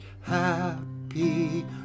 happy